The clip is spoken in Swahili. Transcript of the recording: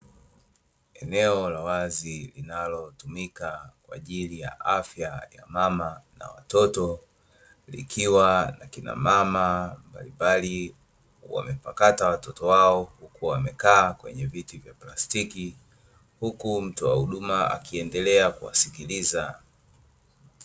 Eneo la wazi linalotumika kwa ajili ya afya ya mama na watoto, ikiwa na akina mama mbalimbali wamepakata watoto wao huku wamekaa kwenye viti vya plastiki; huku mtoa huduma akiendelea kuwasikiliza.